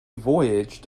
voyaged